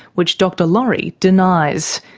which dr laurie denies.